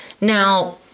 Now